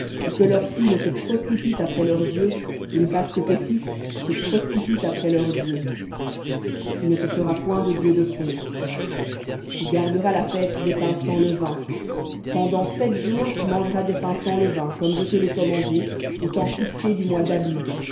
et que leurs filles ne se prostituent après leurs dieux et ne fassent que tes fils se prostituent après leurs dieux tu ne te feras point de dieu de fonte tu garderas la fête des pains sans levain pendant sept jours tu mangeras des pains sans levain comme je te l'ai commandé au temps fixé du mois d'abib